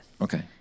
Okay